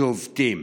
שובתים.